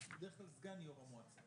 בדרך כלל סגן יו"ר המועצה.